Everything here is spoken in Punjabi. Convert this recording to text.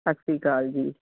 ਸਤਿ ਸ਼੍ਰੀ ਅਕਾਲ ਜੀ